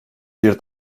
bir